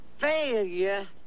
Failure